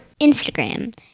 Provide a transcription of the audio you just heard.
Instagram